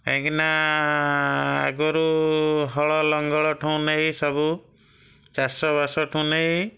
କାହିଁକି ନା ଆଗରୁ ହଳ ଲଙ୍ଗଳଠୁ ନେଇ ସବୁ ଚାଷବାସଠୁ ନେଇ